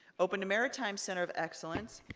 opened a maritime center of excellence,